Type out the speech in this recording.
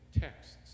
texts